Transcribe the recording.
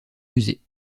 musées